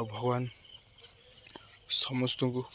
ଆଉ ଭଗବାନ ସମସ୍ତଙ୍କୁ